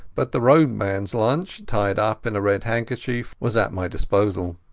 but the roadmanas lunch, tied up in a red handkerchief, was at my disposal.